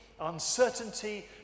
uncertainty